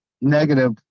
negative